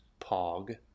Pog